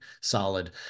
solid